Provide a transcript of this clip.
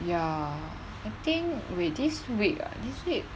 ya I think wait this week ah this week